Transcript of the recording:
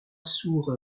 sourd